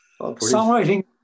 Songwriting